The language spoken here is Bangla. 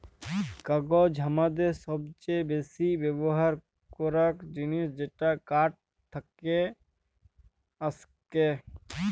কাগজ হামাদের সবচে বেসি ব্যবহার করাক জিনিস যেটা কাঠ থেক্কে আসেক